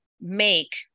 make